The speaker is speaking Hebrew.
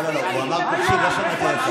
לא, הוא אמר, צה"ל רצח